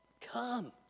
come